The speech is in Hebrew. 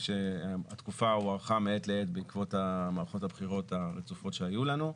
התקופה הוארכה מעת לעת בעקבות מערכות הבחירות הרצופות שהיו לנו.